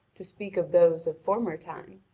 to speak of those of former time.